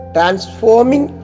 Transforming